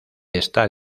estar